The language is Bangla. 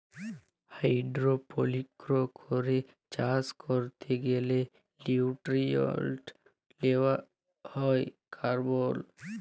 হাইড্রপলিক্স করে চাষ ক্যরতে গ্যালে লিউট্রিয়েন্টস লেওয়া হ্যয় কার্বল